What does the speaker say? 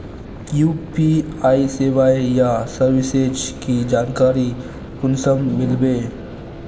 UPI सेवाएँ या services की जानकारी कुंसम मिलबे?